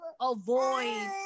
avoid